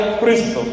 Christ